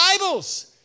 Bibles